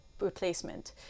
replacement